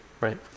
right